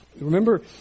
remember